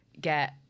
get